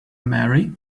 marry